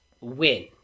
win